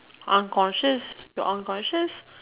unconscious you unconscious